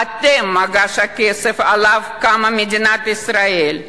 אתם מגש הכסף שעליו קמה מדינת ישראל.